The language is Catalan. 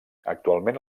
actualment